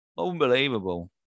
Unbelievable